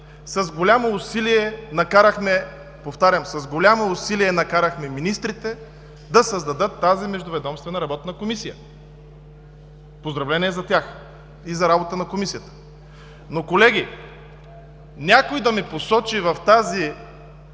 с голямо усилие накарахме министрите да създадат тази Междуведомствена работна комисия. Поздравления за тях и за работата на Комисията. Но, колеги, някой да ми посочи в този